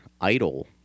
idle –